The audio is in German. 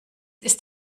ist